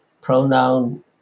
pronoun